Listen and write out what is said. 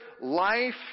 life